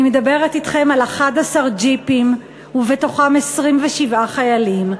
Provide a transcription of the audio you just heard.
אני מדברת אתכם על 11 ג'יפים, ובתוכם 27 חיילים,